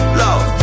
love